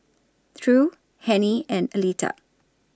True Hennie and Aleta